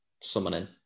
summoning